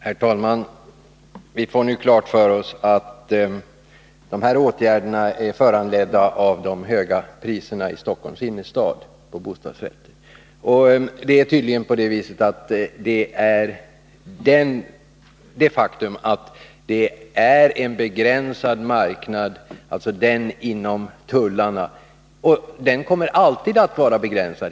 Herr talman! Vi har nu fått klart för oss att de här åtgärderna är föranledda av de höga priserna på bostadsrättslägenheter i Stockholms innerstad. De beror på det faktum att det är en begränsad marknad inom tullarna, och den kommer helt naturligt alltid att vara begränsad.